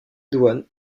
douane